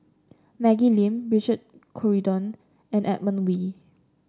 Maggie Lim Richard Corridon and Edmund Wee